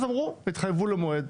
אז אמרו, התחייבו למועד.